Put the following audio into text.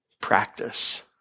practice